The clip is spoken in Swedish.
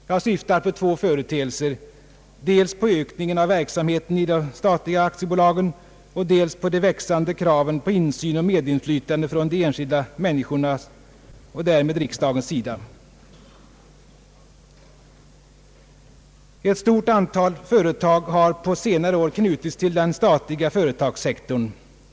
Jag syftar på två företeelser: dels på utökningen av verksamheten inom de statliga aktiebolagen, dels på de växande kraven på insyn och medinflytande från de enskilda människornas och därmed riksdagens sida. Ett stort antal företag har på senare år knutits till den statliga företagssektorn.